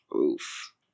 Oof